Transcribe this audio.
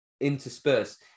interspersed